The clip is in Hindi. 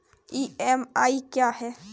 ई.एम.आई क्या है?